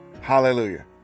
Hallelujah